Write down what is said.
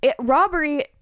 robbery